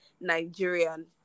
Nigerian